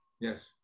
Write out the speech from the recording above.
yes